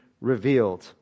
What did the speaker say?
revealed